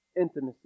intimacy